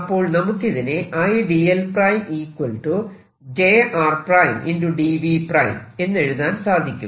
അപ്പോൾ നമുക്കിതിനെ എന്നെഴുതാൻ സാധിക്കും